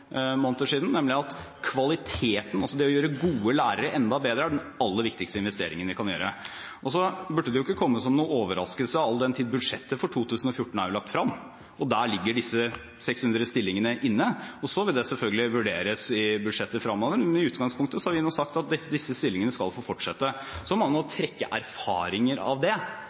måneder siden, nemlig at økt kvalitet, altså det å gjøre gode lærere enda bedre, er den aller viktigste investeringen vi kan gjøre. Det burde ikke komme som noen overraskelse, all den tid budsjettet for 2014 er lagt frem, at disse 600 stillingene ligger inne der. Så vil det selvfølgelig vurderes i budsjettene fremover. I utgangspunktet har vi nå sagt at disse stillingene skal få fortsette, men man må trekke erfaringer av det,